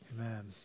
Amen